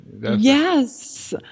Yes